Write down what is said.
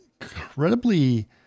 incredibly